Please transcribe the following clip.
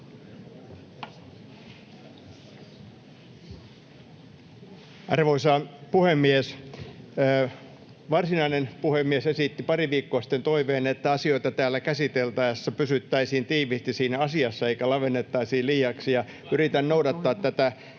Arvoisa puhemies! Varsinainen puhemies esitti pari viikkoa sitten toiveen, että asioita täällä käsiteltäessä pysyttäisiin tiiviisti siinä asiassa eikä lavennettaisi liiaksi. Yritän noudattaa tätä käytäntöä